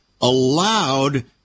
allowed